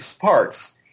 parts